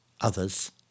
Others